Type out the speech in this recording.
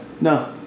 No